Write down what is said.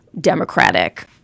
Democratic